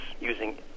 using